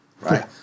right